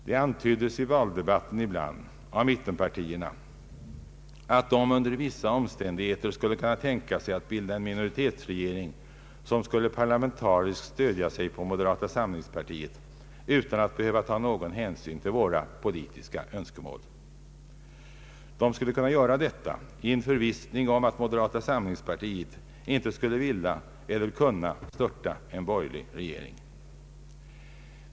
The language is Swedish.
Det antyddes i valdebatten ibland av mittenpartierna, att de under vissa omständigheter skulle kunna tänka sig att bilda en minoritetsregering som skulle parlamentariskt stödja sig på moderata samlingspartiet utan att behöva ta någon hänsyn till våra politiska önskemål. De skulle kunna göra detta i en förvissning om att moderata samlings partiet inte skulle vilja eller kunna störta en borgerlig regering.